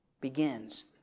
begins